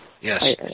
yes